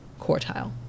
quartile